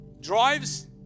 Drives